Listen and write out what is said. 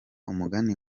umugani